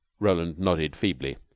roland nodded feebly.